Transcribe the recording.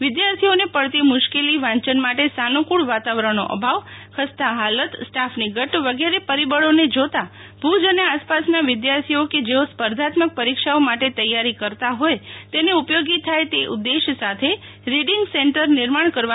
વિદ્યાર્થીઓને પડતી મુશ્કેલી વાંચન માટે સાનુકૂળ વાતાવરણનો ભાવ ખસ્તા હાલત સ્ટાફની ઘદ વગેરે પરિબળોને જોતા ભુજ ને આસપાસના વિદ્યાર્થીઓ કે જેઓ સ્પર્ધાત્મક પરીક્ષાઓ માટે તૈયારી કરતા હોય તેને ઉપયોગી થાય તે ઉદ્દેશ સાથે રીડિંગ સેન્ટર નિર્માણ કરવાનું નક્કી કર્યું